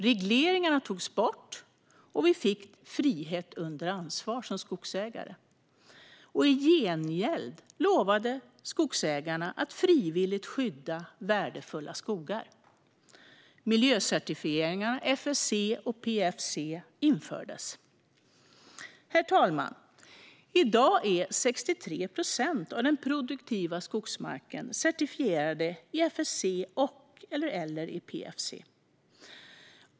Regleringarna togs bort, och vi fick frihet under ansvar som skogsägare. I gengäld lovade skogsägarna att frivilligt skydda värdefulla skogar. Miljöcertifieringarna FSC och PEFC infördes. Herr talman! I dag är 63 procent av den produktiva skogsmarken certifierad i FSC eller i PEFC.